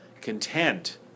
Content